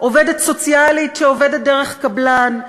עובדת סוציאלית שעובדת דרך קבלן,